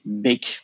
big